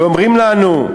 ואומרים לנו: